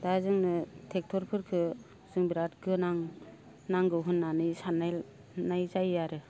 दा जोंनो ट्रेक्टरफोरखो जों बिराद गोनां नांगौ होननानै साननाय जायो आरो